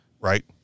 Right